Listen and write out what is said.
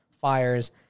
fires